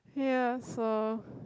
ya so